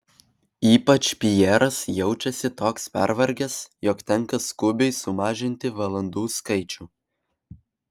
ypač pjeras jaučiasi toks pervargęs jog tenka skubiai sumažinti valandų skaičių